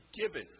given